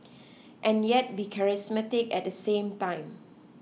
and yet be charismatic at the same time